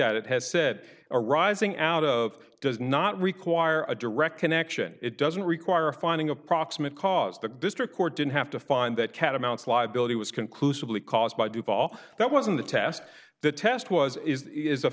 at it has said arising out of it does not require a direct connection it doesn't require a finding of proximate cause the district court didn't have to find that catamounts liability was conclusively caused by do fall that wasn't a test the test was is is a